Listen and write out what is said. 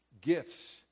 gifts